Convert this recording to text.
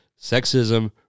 sexism